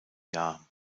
jahr